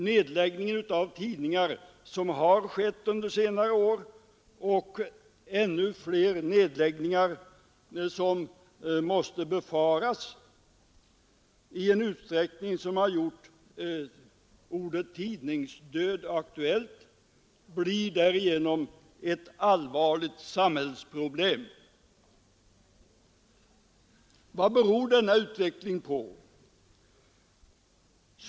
Nedläggning av tidningar som har skett under senare år — och ännu fler nedläggningar måste befaras komma att ske — i en utsträckning, som gjort ordet tidningsdöd aktuellt, blir därigenom ett allvarligt samhällsproblem. Vad beror då denna utveckling på?